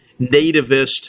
nativist